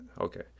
okay